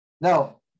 now